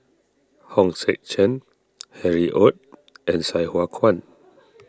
Hong Sek Chern Harry Ord and Sai Hua Kuan